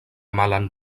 malan